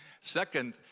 Second